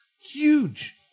Huge